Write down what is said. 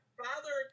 father